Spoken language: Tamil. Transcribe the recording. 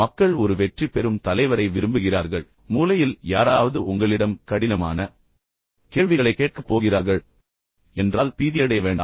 மக்கள் ஒரு வெற்றி பெறும் தலைவரை விரும்புகிறார்கள் என்பதை உணர்ந்து கொள்ளுங்கள் எனவே மூலையில் யாராவது உங்களிடம் மிகவும் கடினமான கேள்விகளைக் கேட்கப் போகிறார்கள் என்றால் பீதியடைய வேண்டாம்